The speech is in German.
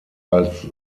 als